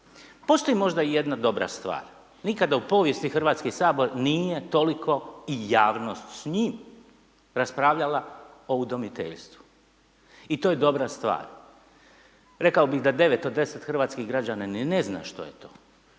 Postoji možda i jedna dobra stvar. Nikada u povijesti Hrvatski sabor nije toliko i javnost s njim raspravljala o udomiteljstvu. I to je dobra stvar. Rekao bih da 9 od 10 hrvatskih građana ni ne zna što je to.